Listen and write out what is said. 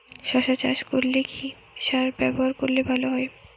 শশা চাষ করলে কি সার ব্যবহার করলে ভালো হয়?